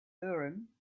urim